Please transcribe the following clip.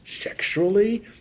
Sexually